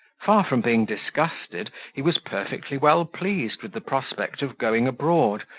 far from being disgusted, he was perfectly well pleased with the prospect of going abroad,